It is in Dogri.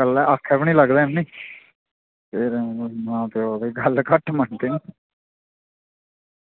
गल्ल आक्खे बी निं लगदे नी ते गल्ल घट्ट मन्नदे ना